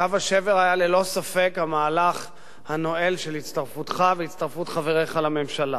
קו השבר היה ללא ספק המהלך הנואל של הצטרפותך והצטרפות חבריך לממשלה.